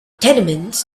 tenements